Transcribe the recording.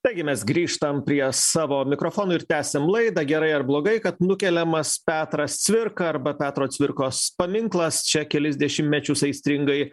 taigi mes grįžtam prie savo mikrofonų ir tęsia laidą gerai ar blogai kad nukeliamas petras cvirka arba petro cvirkos paminklas čia kelis dešimtmečius aistringai